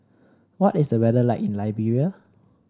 what is the weather like in Liberia